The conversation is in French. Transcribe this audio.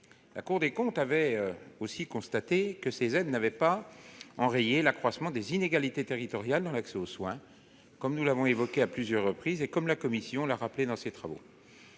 Elle avait aussi constaté que ces aides n'avaient pas enrayé l'accroissement des inégalités territoriales dans l'accès aux soins, comme nous l'avons évoqué à plusieurs reprises et comme la commission l'a rappelé dans ses travaux.